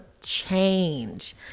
change